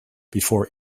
before